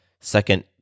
second